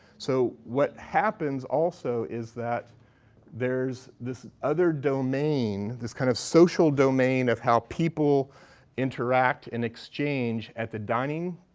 so what happens also is that there's this other domain, this kind of social domain, of how people interact and exchange at the dining,